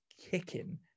kicking